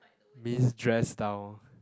means dress down